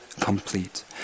complete